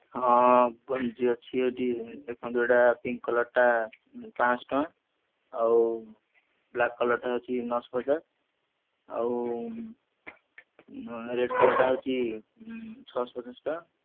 ହଁ ଗଞ୍ଜି ଅଛି ଏଇଠି ଦେଖନ୍ତୁ ଏଇଟା ପିଙ୍କ୍ କଲର୍ଟା ପାଞ୍ଚଶହ ଟଙ୍କା ଆଉ ବ୍ଳାକ୍ କଲର୍ଟା ହେଉଛି ନଅଶହ ପଚାଶ ଆଉ ରେଡ୍ କଲର୍ଟା ହେଉଛି ଛଅଶହ ପଚାଶ ଟଙ୍କା